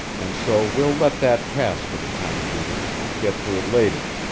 and so we'll let that pass for the time being and get to it later.